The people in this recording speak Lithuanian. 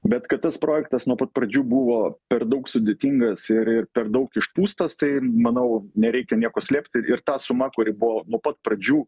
bet kad tas projektas nuo pat pradžių buvo per daug sudėtingas ir ir per daug išpūstas tai manau nereikia nieko slėpti ir ta suma kuri buvo nuo pat pradžių